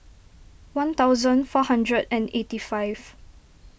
one thousand four hundred and eighty five